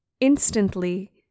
Instantly